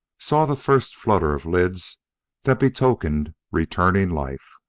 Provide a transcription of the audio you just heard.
saw the first flutter of lids that betokened returning life.